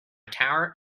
tower